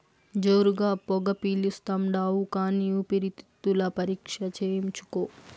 జోరుగా పొగ పిలిస్తాండావు కానీ ఊపిరితిత్తుల పరీక్ష చేయించుకో